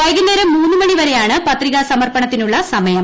വൈകുന്നേരം മൂന്ന് മണി വരെയാണ് പത്രികാ സമർപ്പണത്തിനുള്ള സമയം